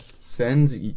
sends